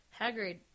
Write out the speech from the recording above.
Hagrid